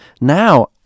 Now